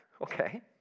Okay